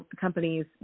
companies